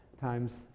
times